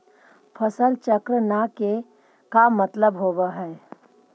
फसल चक्र न के का मतलब होब है?